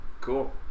Cool